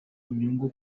inyungu